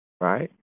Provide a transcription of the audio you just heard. right